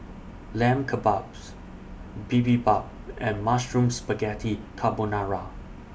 Lamb Kebabs Bibimbap and Mushroom Spaghetti Carbonara